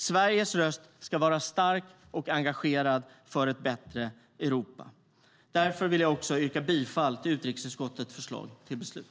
Sveriges röst ska vara stark och engagerad för ett bättre Europa. Därför vill jag yrka bifall till utrikesutskottets förslag till beslut.